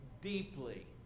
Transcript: deeply